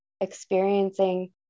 experiencing